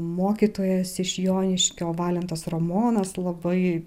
mokytojas iš joniškio valentas ramonas labai